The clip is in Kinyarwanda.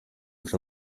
uca